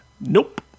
Nope